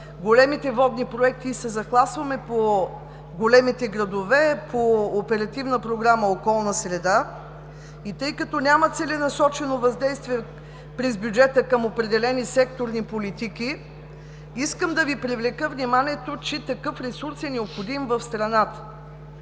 големите водни проекти и се захласваме по големите градове, по Оперативна програма „Околна среда“ и защото няма целенасочено въздействие през бюджета към определени секторни политики, искам да Ви привлека вниманието, че такъв ресурс е необходим в страната.